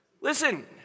Listen